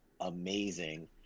amazing